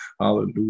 Hallelujah